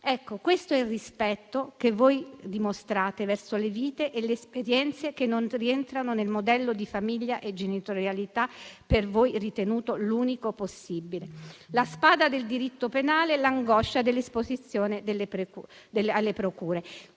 Ecco, questo è il rispetto che voi dimostrate verso le vite e le esperienze che non rientrano nel modello di famiglia e genitorialità da voi ritenuto l'unico possibile: la spada del diritto penale, l'angoscia dell'esposizione alle procure.